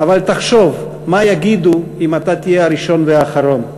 אבל תחשוב מה יגידו אם אתה תהיה הראשון והאחרון.